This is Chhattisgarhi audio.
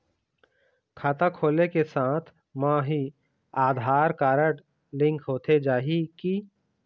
खाता खोले के साथ म ही आधार कारड लिंक होथे जाही की?